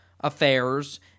affairs